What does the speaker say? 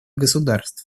государств